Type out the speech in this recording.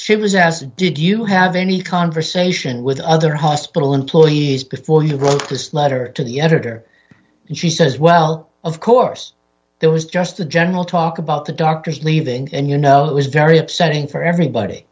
him was asked did you have any conversation with other hospital employees before you wrote this letter to the editor and she says well of course there was just a general talk about the doctor's leaving and you know it was very upsetting for everybody